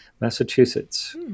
massachusetts